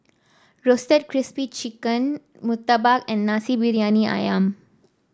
Roasted Crispy Spring Chicken murtabak and Nasi Briyani ayam